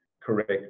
correct